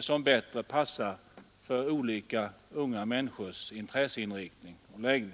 som bättre passar för olika unga människors intresseinriktning och läggning.